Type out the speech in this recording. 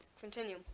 continue